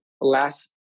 last